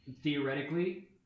Theoretically